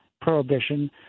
prohibition